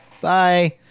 bye